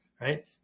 right